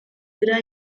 dira